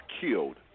killed